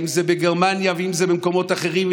אם זה בגרמניה ואם זה במקומות אחרים,